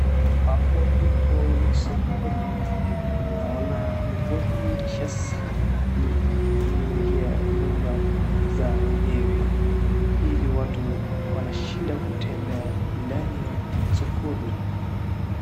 Hapo ndipo ni sokoni. Naona mvua imenyesha sana hadi imeingia nyumba za wenyewe ili watu wanashinda kutembea ndani ya sokoni.